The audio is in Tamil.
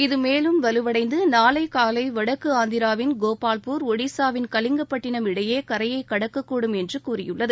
இது மேலும் வலுவடைந்து நாளை காலை வடக்கு ஆந்திராவின் கோபால்பூர் ஒடிசாவின் கலிங்கப்பட்டினம் இடையே கரையை கடக்க கூடும் என்று கூறியுள்ளது